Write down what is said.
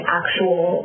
actual